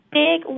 big